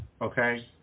Okay